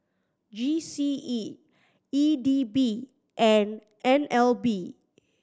G C E E D B and N L B